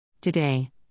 Today